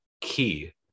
key